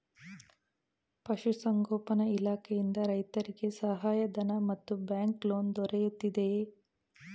ಪಶು ಸಂಗೋಪನಾ ಇಲಾಖೆಯಿಂದ ರೈತರಿಗೆ ಸಹಾಯ ಧನ ಮತ್ತು ಬ್ಯಾಂಕ್ ಲೋನ್ ದೊರೆಯುತ್ತಿದೆಯೇ?